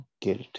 guilt